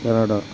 Canada